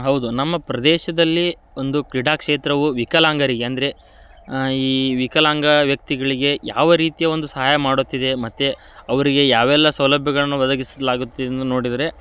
ಹೌದು ನಮ್ಮ ಪ್ರದೇಶದಲ್ಲಿ ಒಂದು ಕ್ರಿಡಾ ಕ್ಷೇತ್ರವು ವಿಕಲಾಂಗರಿಗೆ ಅಂದರೆ ಈ ವಿಕಲಾಂಗ ವ್ಯಕ್ತಿಗಳಿಗೆ ಯಾವ ರೀತಿಯ ಒಂದು ಸಹಾಯ ಮಾಡುತ್ತಿದೆ ಮತ್ತು ಅವರಿಗೆ ಯಾವೆಲ್ಲ ಸೌಲಭ್ಯಗಳನ್ನು ಒದಗಿಸ್ಲಾಗುತ್ತಿದೆ ಎಂದು ನೋಡಿದರೆ